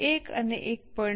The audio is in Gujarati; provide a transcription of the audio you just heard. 1 અને 1